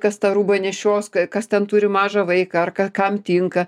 kas tą rūbą nešios kas ten turi mažą vaiką ar kam tinka